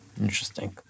interesting